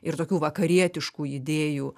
ir tokių vakarietiškų idėjų